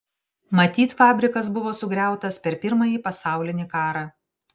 matyt fabrikas buvo sugriautas per pirmąjį pasaulinį karą